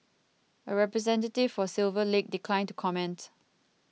a representative for Silver Lake declined to comment